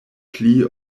pli